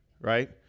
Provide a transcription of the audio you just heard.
right